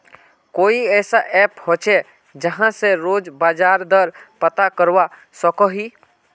कोई ऐसा ऐप होचे जहा से रोज बाजार दर पता करवा सकोहो ही?